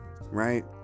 right